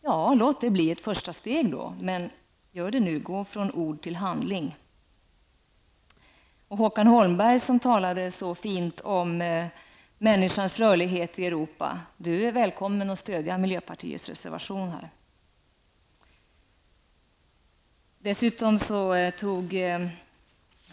Ja, låt det då bli ett första steg, men gör det nu! Gå från ord till handling! Håkan Holmberg, som talade så fint om människans rörlighet i Europa, är välkommen att stödja miljöpartiets reservation på den här punkten.